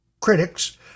critics